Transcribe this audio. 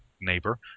neighbor